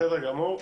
בסדר גמור.